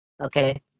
Okay